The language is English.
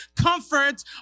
comfort